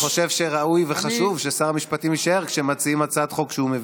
אני חושב שראוי וחשוב ששר המשפטים יישאר כשמציעים הצעת חוק שהוא מביא.